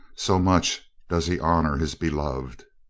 so much does he honor his beloved.